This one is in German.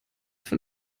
von